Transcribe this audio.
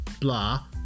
blah